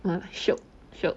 !wah! shiok shiok